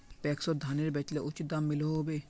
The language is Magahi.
पैक्सोत धानेर बेचले उचित दाम मिलोहो होबे?